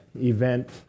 event